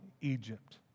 Egypt